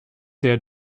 der